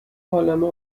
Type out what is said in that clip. عالمه